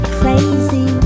crazy